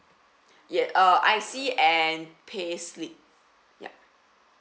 ya uh I_C and payslip yup